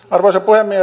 arvoisa puhemies